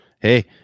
Hey